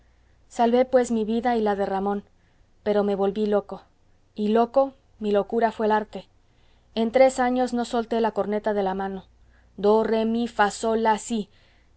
salvé pues mi vida y la de ramón pero me volví loco y loco mi locura fué el arte en tres años no solté la corneta de la mano do re mi fa sol la si he aquí